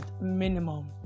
minimum